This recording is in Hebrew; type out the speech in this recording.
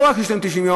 לא רק שיש 90 יום,